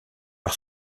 par